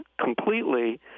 completely